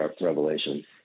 Revelations